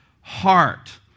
heart